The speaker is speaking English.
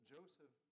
Joseph